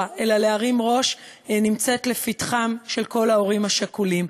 אלא להרים ראש נמצאת לפתחם של כל ההורים השכולים.